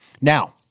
Now